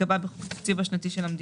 ייקבע בתוך התקציב השנתי של המדינה."